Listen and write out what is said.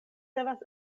devas